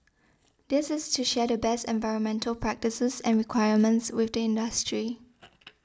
this is to share the best environmental practices and requirements with the industry